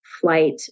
flight